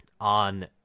on